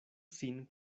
sin